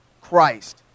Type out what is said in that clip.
Christ